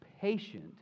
patient